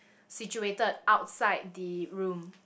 situated outside the room